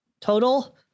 total